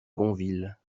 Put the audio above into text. gonville